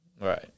Right